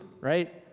Right